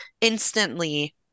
instantly